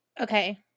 Okay